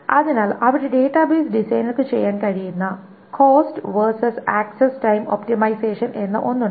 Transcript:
അതിനാൽ അവിടെ ഡാറ്റാബേസ് ഡിസൈനർക്ക് ചെയ്യാൻ കഴിയുന്ന cost versus access time optimization എന്ന ഒന്നുണ്ട്